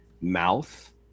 mouth